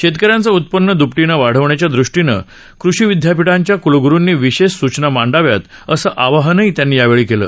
शेतक यांचं उत्पन्न दुपटीनं वाढवण्याच्या दृष्टीनं कृषी विदयापिठांच्या क्लग्रुंनी विशेष सूचना मांडाव्यात असं आवाहन त्यांनी केलं